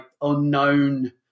unknown